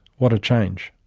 what a change!